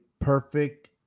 perfect